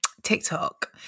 TikTok